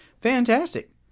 fantastic